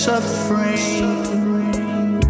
Suffering